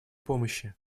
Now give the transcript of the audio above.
помощи